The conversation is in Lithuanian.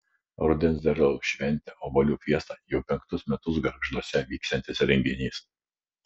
rudens derliaus šventė obuolių fiesta jau penktus metus gargžduose vyksiantis renginys